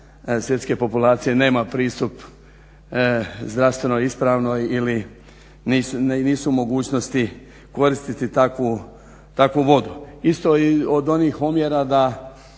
svjetske populacije nema pristup zdravstveno ispravnoj ili nisu u mogućnosti koristiti takvu vodu. Isto i od onih omjera da